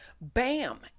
Bam